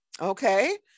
Okay